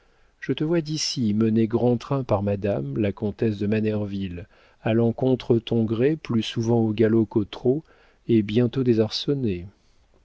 je te vois d'ici mené grand train par madame la comtesse de manerville allant contre ton gré plus souvent au galop qu'au trot et bientôt désarçonné